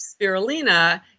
spirulina